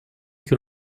que